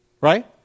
Right